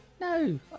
No